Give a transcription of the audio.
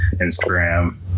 Instagram